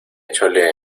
chole